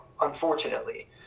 unfortunately